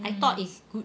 I thought it's good